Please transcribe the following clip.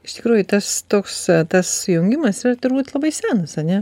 iš tikrųjų tas toks tas sujungimas yra turbūt labai senas ane